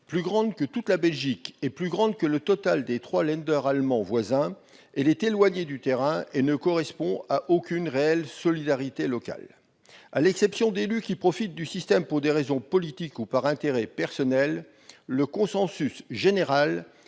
plus grande que toute la Belgique et que le total des trois Länder allemands voisins. Elle est éloignée du terrain et ne correspond à aucune réelle solidarité locale. À l'exception d'élus qui profitent du système pour des raisons politiques ou par intérêt personnel, le consensus est général